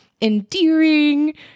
endearing